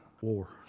War